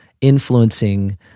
influencing